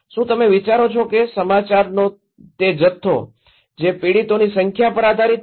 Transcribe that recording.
શું તમે વિચારો છો કે સમાચારનો તે જથ્થો જે પીડિતોની સંખ્યા પર આધારીત છે